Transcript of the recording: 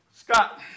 Scott